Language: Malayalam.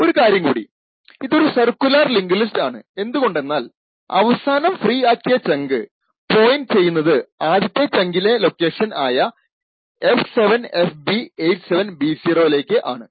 ഒരു കാര്യം കൂടി ഇതൊരു സർക്കുലാർ ലിങ്ക്ഡ് ലിസ്റ്റ് ആണ് എന്തുകൊണ്ടെന്നാൽ അവസാനം ഫ്രീ ആക്കിയ ചങ്ക് പോയിന്റ് ചെയ്യുന്നത് ആദ്യത്തെ ചങ്കിന്റെ ലൊക്കേഷൻ ആയ F7fb87b0 ലേക്ക് ആണ്